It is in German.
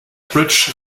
bridge